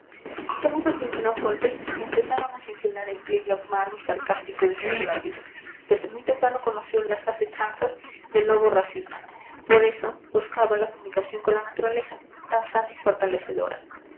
son esos primeros golpes los que empezaron a cincelar el pliegue amargo y sarcástico de sus labios desde muy temprano conoció las asechanzas del lobo racional por eso buscaba la comunicación con la naturaleza tan sana y fortalecedora